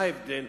מה ההבדל?